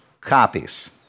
copies